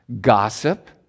gossip